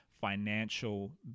financial